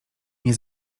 nie